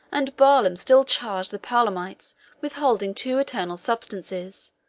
and barlaam still charged the palamites with holding two eternal substances,